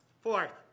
Fourth